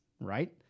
right